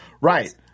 Right